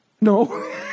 No